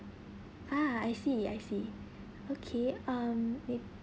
ah I see I see okay um may